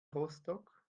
rostock